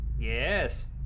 Yes